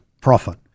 profit